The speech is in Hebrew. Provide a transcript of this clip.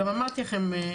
גם אמרתי לכם,